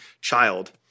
child